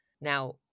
Now